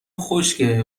خشکه